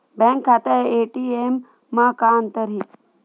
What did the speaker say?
Bank खाता ATM मा का अंतर हे?